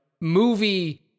movie